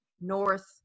north